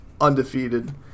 Undefeated